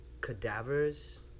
cadavers